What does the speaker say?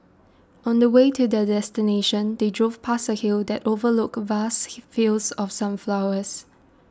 on the way to their destination they drove past a hill that overlooked vast fields of sunflowers